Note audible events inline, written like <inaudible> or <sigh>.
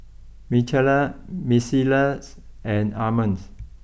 Michaela Melissa <noise> and Armond